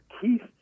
Keith